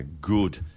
good